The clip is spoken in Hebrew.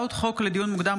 לדיון מוקדם,